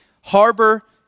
harbor